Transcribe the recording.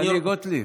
טלי גוטליב.